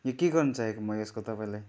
यो के गर्नु चाहेको म यसको तपाईँलाई